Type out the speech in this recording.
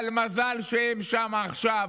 אבל מזל שהם שם עכשיו,